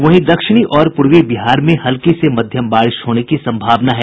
वहीं दक्षिणी और पूर्वी बिहार में हल्की से मध्यम बारिश होने की सम्भावना है